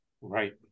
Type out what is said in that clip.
right